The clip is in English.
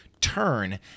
turn